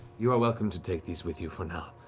you are welcome to take these with you for now.